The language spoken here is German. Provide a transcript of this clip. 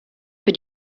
für